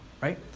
right